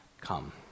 Come